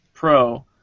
Pro